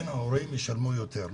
ההורים ישלמו יותר,